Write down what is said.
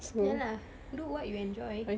ya lah do what you enjoy